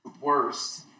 Worst